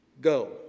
Go